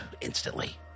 instantly